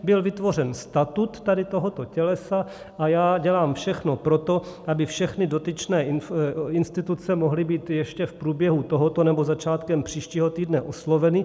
Byl vytvořen statut tohoto tělesa a já dělám všechno pro to, aby všechny dotyčné instituce mohly být ještě v průběhu tohoto nebo začátkem příštího týdne osloveny.